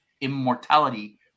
immortality